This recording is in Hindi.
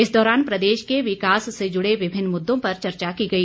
इस दौरान प्रदेश के विकास से जुड़े विभिन्न मुद्दों पर चर्चा की गई